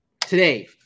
today